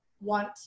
want